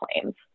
claims